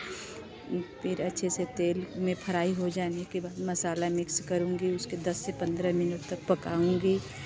फिर अच्छे से तेल में फ्राई हो जाने के बाद मसाला मिक्स करूँगी उसके दस से पंद्रह मिनट तक पकाऊँगी